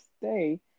stay